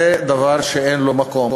זה דבר שאין לו מקום.